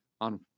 on